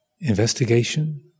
investigation